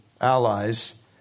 allies